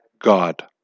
God